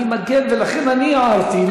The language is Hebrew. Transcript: אני מגן ולכן הערתי.